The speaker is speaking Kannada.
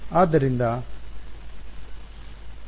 ವಿದ್ಯಾರ್ಥಿ ಆದ್ದರಿಂದ ಅದು